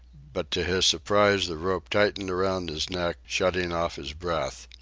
but to his surprise the rope tightened around his neck, shutting off his breath.